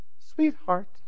sweetheart